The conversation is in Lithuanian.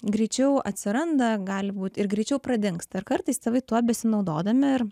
greičiau atsiranda gali būti ir greičiau pradingsta ir kartais tėvai tuo besinaudodami ir